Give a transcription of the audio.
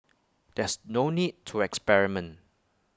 there's no need to experiment